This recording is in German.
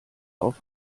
auf